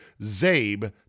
ZABE